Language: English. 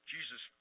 Jesus